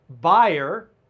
buyer